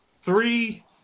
three